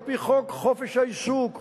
על-פי חוק חופש העיסוק,